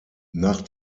nach